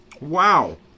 Wow